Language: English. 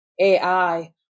AI